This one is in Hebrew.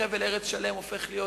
חבל ארץ שלם הופך להיות